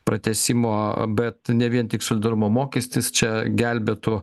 pratęsimo bet ne vien tik solidarumo mokestis čia gelbėtų